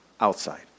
outside